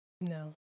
No